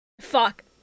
Fuck